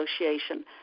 Association